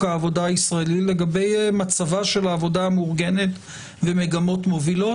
העבודה הישראלי לגבי מצבה של העבודה המאורגנת ומגמות מובילות.